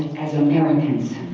as americans.